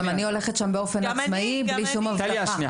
גם אני יורדת לשטח הזה באופן עצמאי ובלי ליווי של אבטחה,